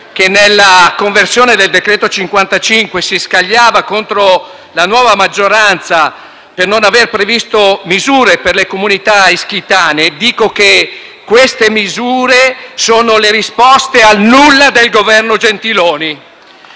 della conversione del decreto-legge n. 55 si era scagliata contro la nuova maggioranza, perché non aveva previsto misure per le comunità ischitane: queste misure sono le risposte al nulla del Governo Gentiloni